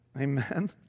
Amen